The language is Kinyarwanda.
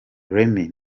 remy